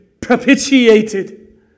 propitiated